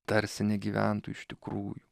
tarsi negyventų iš tikrųjų